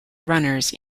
runners